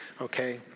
okay